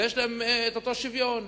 ויש להם את אותו שוויון.